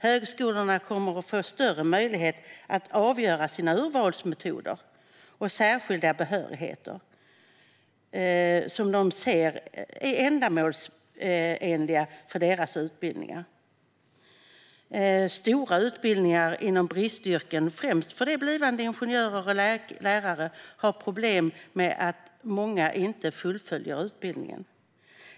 Högskolorna kommer att få större möjligheter att avgöra vilka urvalsmetoder och särskilda behörigheter som är ändamålsenliga för deras utbildningar. Stora utbildningar inom bristyrken, främst för blivande ingenjörer och lärare, har problem med att många inte fullföljer utbildningen.